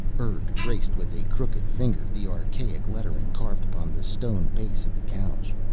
urg traced with a crooked finger the archaic lettering carved upon the stone base of the couch.